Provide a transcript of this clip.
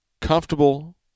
Comfortable